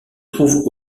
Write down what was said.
trouvent